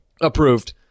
approved